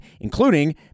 including